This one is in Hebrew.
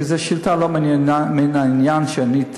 כי זאת שאילתה לא מן העניין שאני,